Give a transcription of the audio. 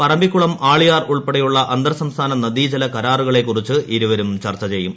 പറമ്പിക്കുളം ആളിയാർ ഉൾപ്പെടെയുള്ള അന്തർ സംസ്ഥാന നദീജല കരാറുകളെ കുറിച്ച് ഇരുവരും ചർച്ച ചെയ്യും